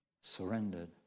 surrendered